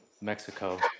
Mexico